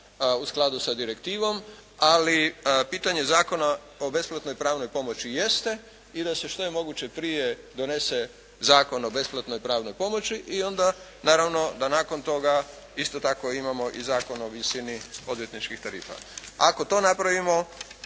u skladu sa direktivom, ali pitanje Zakona o besplatnoj pravnoj pomoći jeste i da se što je moguće prije donese Zakon o besplatnoj pravnoj pomoći. I onda da naravno nakon toga isto tako imamo i Zakon o visini odvjetničkih tarifa. Ako to napravimo